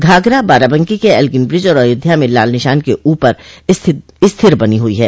घाघरा बाराबंकी के Elgin bridge और अयोध्या में लाल निशान के ऊपर स्थिर बनी हुई है